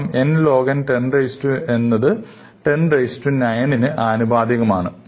കാരണം nlogn 108 എന്നത് 109 ന് ആനുപാതികമാണ്